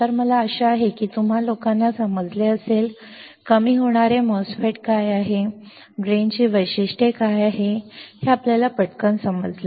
तर मला आशा आहे की तुम्ही लोकांना समजले असेल कमी होणारे MOSFET काय आहे ड्रेनची वैशिष्ट्ये काय आहेत हे आपल्याला पटकन समजले